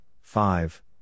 five